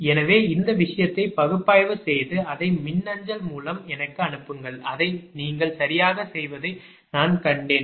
எனவே இந்த விஷயத்தை பகுப்பாய்வு செய்து அதை மின்னஞ்சல் மூலம் எனக்கு அனுப்புங்கள் அதை நீங்கள் சரியாகச் செய்ததை நான் கண்டேன்